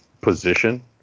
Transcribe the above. position